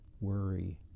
worry